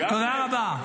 תודה רבה.